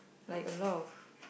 like a lot of